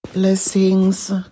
Blessings